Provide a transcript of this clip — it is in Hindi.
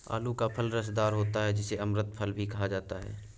आलू का फल रसदार होता है जिसे अमृत फल भी कहा जाता है